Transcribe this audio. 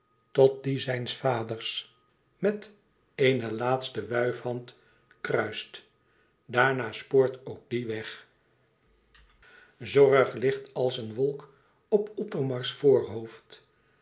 tot die zijns vaders met éene laatste wuifhand haar kruist daarna spoort ook zij weg zorg ligt als een wolk op othomars voorhoofd